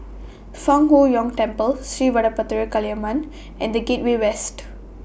Fang Huo Yuan Temple Sri Vadapathira Kaliamman and The Gateway West